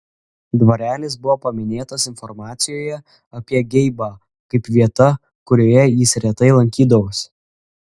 dvarelis buvo paminėtas informacijoje apie geibą kaip vieta kurioje jis retai lankydavosi